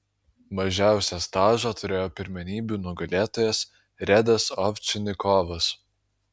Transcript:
mažiausią stažą turėjo pirmenybių nugalėtojas redas ovčinikovas